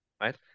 right